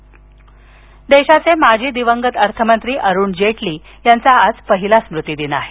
जेटली देशाचे माजी दिवंगत अर्थमंत्री अरुण जेटली यांच आज पहिला स्मृति दिन आहे